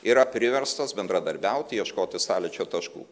yra priverstos bendradarbiauti ieškoti sąlyčio taškų